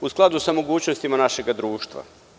u skladu sa mogućnostima našega društva.